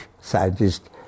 scientist